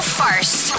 first